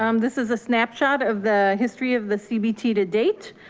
um this is a snapshot of the history of the cbt to date.